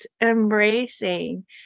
embracing